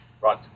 Right